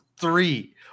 three